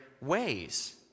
ways